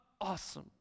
awesome